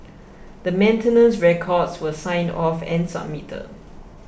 the maintenance records were signed off and submitted